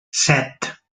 set